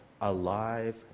alive